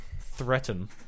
Threaten